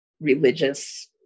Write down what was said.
religious